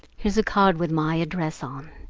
here's a card with my address on.